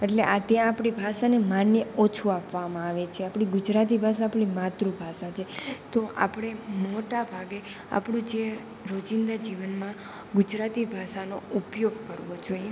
એટલે આ તો આપણી ભાષાને માન ઓછું આપવામાં આવે છે આપણી ગુજરાતી ભાષા આપણી માતૃભાષા છે તો આપણે મોટા ભાગે આપણું જે રોજિંદા જીવનમાં ગુજરાતી ભાષાનો ઉપયોગ કરવો જોઈએ